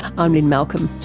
i'm lynne malcolm,